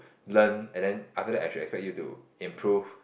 learn and then after that I should expect you to improve